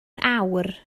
awr